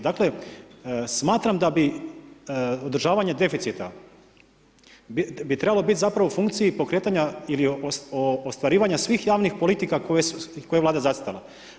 Dakle, smatram da bi održavanje deficita bi trebalo bit zapravo u funkciji pokretanja ili ostvarivanja svih javnih politika koje je Vlada zacrtala.